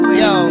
yo